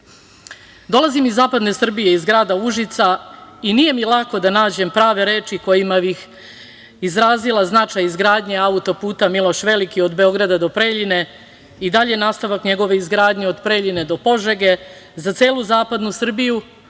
iz zapadne Srbije, iz grada Užica i nije mi lako da nađem prave reči kojima bih izrazila značaj izgradnje auto-puta Miloš Veliki od Beograda do Preljine i dalji nastavak izgradnju od Preljine do Požege za celu zapadnu Srbiju,